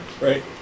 right